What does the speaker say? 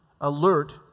alert